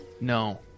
No